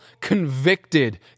convicted